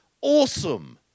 awesome